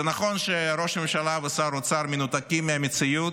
זה נכון שראש הממשלה ושר האוצר מנותקים מהמציאות,